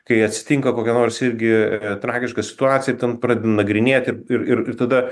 kai atsitinka kokia nors irgi tragiška situacija ten pradedi nagrinėt ir ir ir ir tada